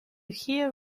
hear